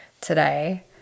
today